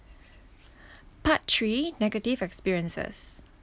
part three negative experiences